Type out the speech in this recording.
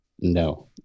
No